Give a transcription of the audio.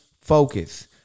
focus